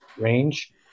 range